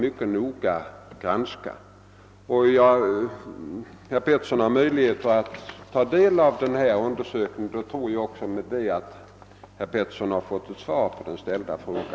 Och jag tror att herr Petersson i Gäddvik, efter att ha tagit del av den redovisning jag här talat om, skall kunna anse att han fått ett svar på sin fråga.